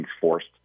forced